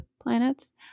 planets